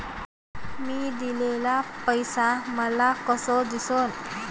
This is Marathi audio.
मी दिलेला पैसा मले कसा दिसन?